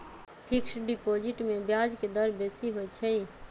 fixed deposit में ब्याज के दर बेशी होइ छइ